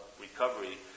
recovery